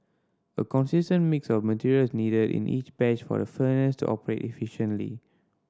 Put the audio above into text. a consistent mix of material is needed in each batch for the furnace to operate efficiently